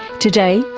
today,